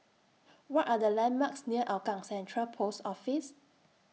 What Are The landmarks near Hougang Central Post Office